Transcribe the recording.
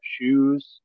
shoes